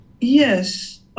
Yes